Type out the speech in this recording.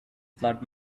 flood